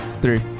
three